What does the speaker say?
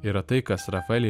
yra tai kas rafaelį